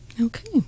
Okay